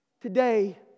Today